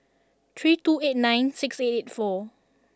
three two eight nine six eight eight four